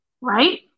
right